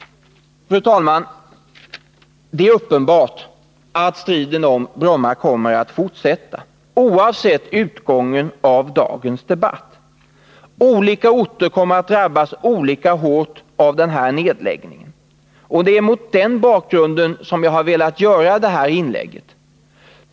Fru talman! Det är uppenbart att striden om Bromma kommer att fortsätta, oavsett utgången av dagens debatt. Olika orter kommer att drabbas olika hårt av den här nedläggningen, och det är mot den bakgrunden som jag har velat göra detta inlägg.